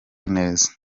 neza